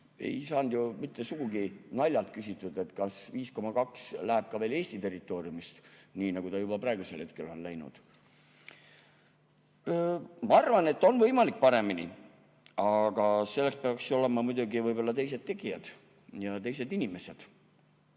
Ei saanud ju mitte sugugi naljapärast küsitud, et kas 5,2 läheb ka veel Eesti territooriumist, nii nagu ta juba praegu on läinud. Ma arvan, et on võimalik paremini, aga selleks peaks olema muidugi võib-olla teised tegijad ja teised inimesed.